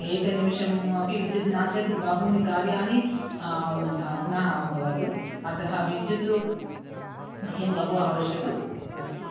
एक निमिषम् अपि विद्युत् नास्ति चेत् बहुनि कार्याणि भग्नाः अभवत् अतः विद्युत् मह्यं बहु आवश्यकम् अस्ति